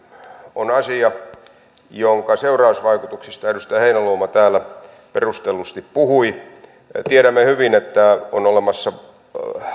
on asia jonka seurausvaikutuksista edustaja heinäluoma täällä perustellusti puhui tiedämme hyvin että on olemassa